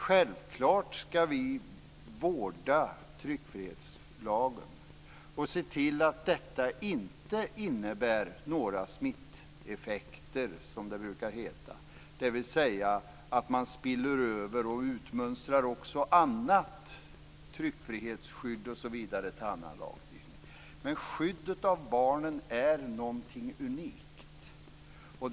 Självfallet skall vi vårda tryckfrihetsförordningen och se till att detta inte innebär några smittoeffekter, dvs. att man spiller över och utmönstrar också annat tryckfrihetsskydd till annan lagstiftning. Skyddet av barn är någonting unikt.